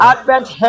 Advent